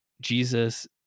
Jesus